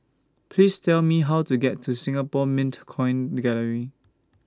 Please Tell Me How to get to Singapore Mint Coin Gallery